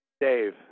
Dave